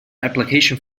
application